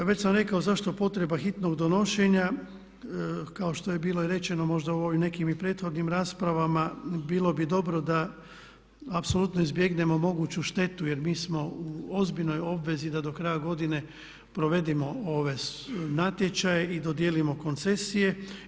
Već sam rekao zašto potreba hitnog donošenja, kao što je bilo i rečeno možda u ovim nekim i prethodnim raspravama bilo bi dobro da apsolutno izbjegnemo moguću štetu jer mi smo u ozbiljnoj obvezi da do kraja godine provedemo ove natječaje i dodijelimo koncesije.